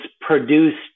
produced